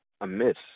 amiss